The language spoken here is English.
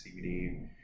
CBD